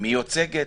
היא מיוצגת,